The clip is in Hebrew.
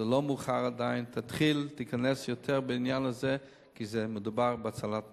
זה לא מאוחר עדיין: תתחיל להיכנס יותר בעניין הזה כי מדובר בהצלת נפשות.